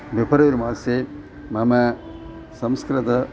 वेप्रिल् मासे मम संस्कृतम्